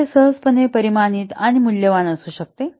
तर ते सहजपणे परिमाणित आणि मूल्यवान असू शकते